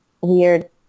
weird